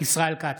ישראל כץ,